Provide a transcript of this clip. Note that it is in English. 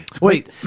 Wait